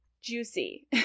juicy